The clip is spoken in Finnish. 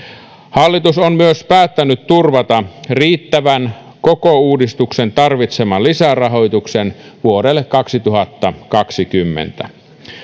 hallitus on myös päättänyt turvata riittävän koko uudistuksen tarvitseman lisärahoituksen vuodelle kaksituhattakaksikymmentä